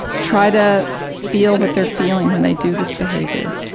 try to feel what they're feeling when they do this behavior.